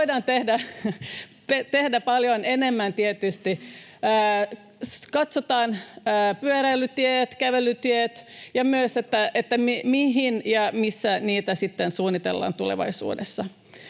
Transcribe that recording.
voidaan tehdä paljon enemmän tietysti. Katsotaan pyöräilytiet, kävelytiet ja myös se, mihin ja missä niitä sitten suunnitellaan tulevaisuudessa.